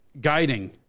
guiding